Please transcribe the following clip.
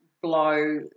blow